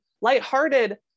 lighthearted